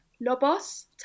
Lobos